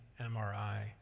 MRI